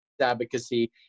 advocacy